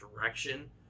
direction